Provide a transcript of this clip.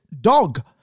dog